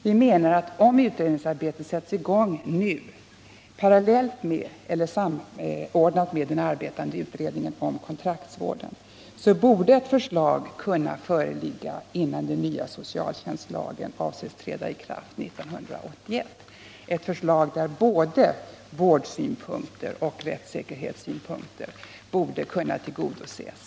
Vi menar att om utredningsarbetet sätts i gång nu, samordnat med den arbetande utredningen om kontraktsvården, borde ett förslag kunna föreligga innan den nya socialtjänstlagen avses träda i kraft 1981 — ett förslag där både vårdsynpunkter och rättssäkerhetssynpunkter borde kunna tillgodoses.